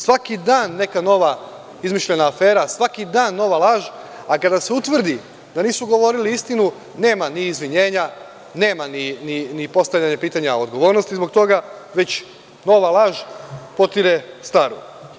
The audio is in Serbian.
Svaki dan neka nova izmišljena afera, svaki dan nova laž, a kada se utvrdi da nisu govorili istinu, nema ni izvinjenja, nema ni postavljanja pitanja odgovornosti zbog toga, već nova laž potire staru.